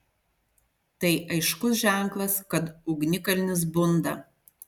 tai aiškus ženklas kad ugnikalnis bunda